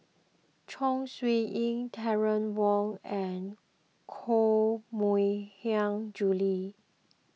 Chong Siew Ying Terry Wong and Koh Mui Hiang Julie